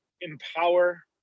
empower